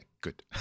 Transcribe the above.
good